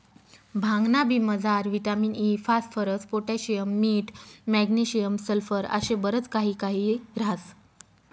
भांगना बी मजार विटामिन इ, फास्फरस, पोटॅशियम, मीठ, मॅग्नेशियम, सल्फर आशे बरच काही काही ह्रास